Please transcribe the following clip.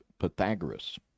pythagoras